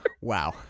Wow